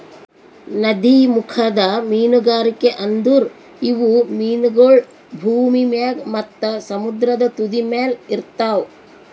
ನದೀಮುಖದ ಮೀನುಗಾರಿಕೆ ಅಂದುರ್ ಇವು ಮೀನಗೊಳ್ ಭೂಮಿ ಮ್ಯಾಗ್ ಮತ್ತ ಸಮುದ್ರದ ತುದಿಮ್ಯಲ್ ಇರ್ತಾವ್